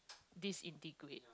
disintegrate